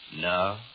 No